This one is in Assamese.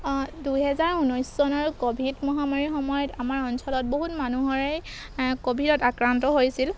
দুহেজাৰ ঊনৈছ চনৰ ক'ভিড মহামাৰীৰ সময়ত আমাৰ অঞ্চলত বহুত মানুহৰেই ক'ভিডত আক্ৰান্ত হৈছিল